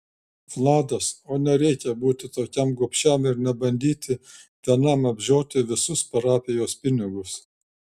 vladas o nereikia būti tokiam gobšiam ir nebandyti vienam apžioti visus parapijos pinigus